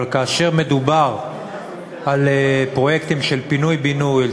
אבל כאשר מדובר על פרויקטים של פינוי-בינוי,